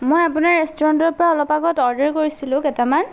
মই আপোনাৰ ৰেষ্টুৰেণ্টৰ পৰা অলপ আগত অৰ্ডাৰ কৰিছিলোঁ কেইটামান